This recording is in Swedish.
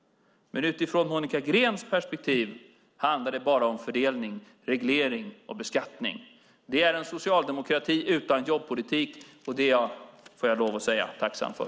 Men utifrån Monica Greens perspektiv handlar det bara om fördelning, reglering och beskattning. Det är en socialdemokrati utan jobbpolitik, och det är jag, får jag lov att säga, tacksam för.